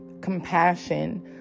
compassion